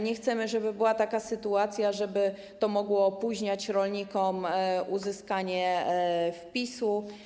Nie chcemy, żeby była taka sytuacja, że to mogłoby opóźniać rolnikom uzyskanie wpisu.